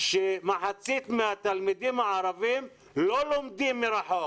שמחצית מהתלמידים הערבים לא לומדים מרחוק.